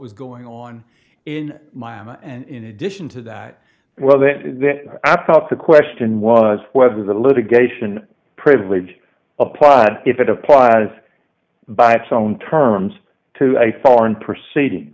was going on in miami and in addition to that well that is that after the question was whether the litigation privilege applied if it applies by its own terms to a foreign proceeding